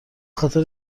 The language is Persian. خاطر